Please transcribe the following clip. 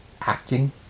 acting